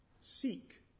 seek